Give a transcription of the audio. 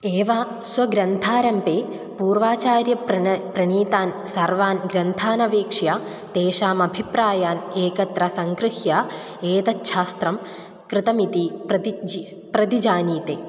एव स्वग्रन्थारम्भे पूर्वाचार्यं प्रण प्रणीतान् सर्वान् ग्रन्थानवेक्ष्य तेषाम् अभिप्रायान् एकत्र संगृह्य एतत्छास्त्रं कृतमिति प्रति ज्य प्रति जानीते